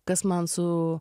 kas man su